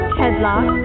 headlock